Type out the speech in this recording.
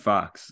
Fox